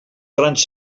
grans